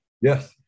Yes